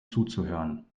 zuzuhören